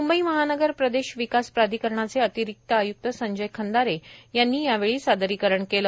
मुंबई महानगर प्रदेश विकास प्राधिकरणाचे अतिरिक्त आयुक्त संजय खंदारे यांनी यावेळी सादरीकरण केले